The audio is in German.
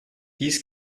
dies